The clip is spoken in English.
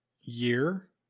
year